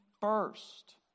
first